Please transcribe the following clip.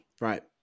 Right